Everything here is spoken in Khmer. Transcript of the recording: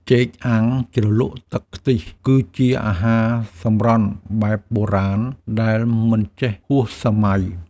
ចេកអាំងជ្រលក់ទឹកខ្ទិះ គឺជាអាហារសម្រន់បែបបុរាណដែលមិនចេះហួសសម័យ។